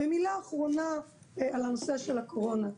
ומילה אחרונה על הנושא של הקורונה.